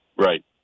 Right